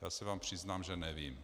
Já se vám přiznám, že nevím.